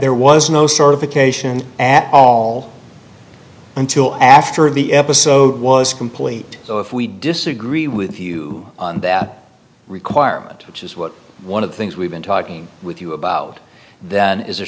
there was no sort of occasion at all until after the episode was complete so if we disagree with you on that requirement which is what one of the things we've been talking with you about then is there